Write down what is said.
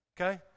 Okay